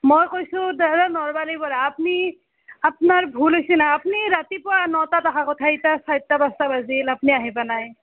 মই কৈছোঁ নলবাৰীৰ পৰা আপনি আপনাৰ ভুল হৈছি না আপনি ৰাতিপুৱা নটাত অহাৰ কথা এতিয়া চাৰিটা পাঁচটা বাজিল আপনি আহি পোৱা নাই